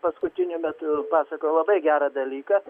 paskutiniu metu pasakojo labai gerą dalyką